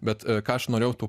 bet ką aš norėjau tuo